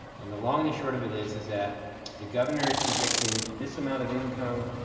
and the long and short of it is, is that the governor is predicting this amount of income.